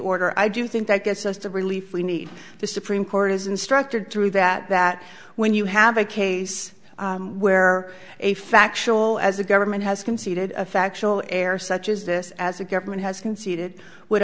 order i do think that gets us to relief we need the supreme court is instructed through that that when you have a case where a factual as a government has conceded a factual error such as this as a government has conceded would